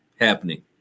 happening